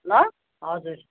ल हजुर